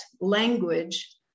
language